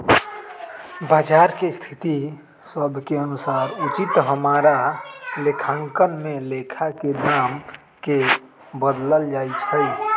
बजार के स्थिति सभ के अनुसार उचित हमरा लेखांकन में लेखा में दाम् के बदलल जा सकइ छै